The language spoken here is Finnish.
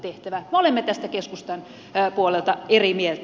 me olemme tästä keskustan puolelta eri mieltä